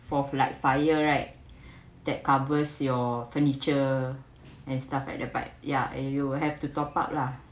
for light fire right that covers your furniture and stuff at the back ya and you will have to top up lah